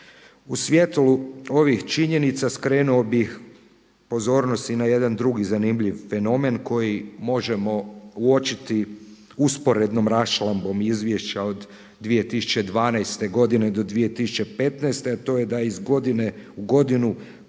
U svjetlu ovih činjenica skrenuo bih pozornost i na jedan drugi zanimljiv fenomen koji možemo uočiti usporednom raščlambom izvješća od 2012. godine do 2015. godine, a to je da je iz godinu i godinu